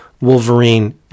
Wolverine